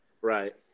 Right